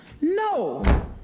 No